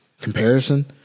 comparison